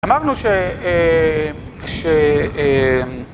אמרנו ש... כש...